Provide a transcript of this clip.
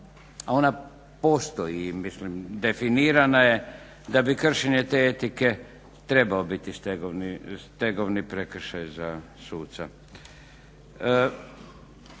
ona postoji mislim definira je da bi kršenje te etike trebao biti stegovni prekršaj za suca.